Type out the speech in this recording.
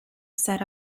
set